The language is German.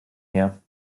her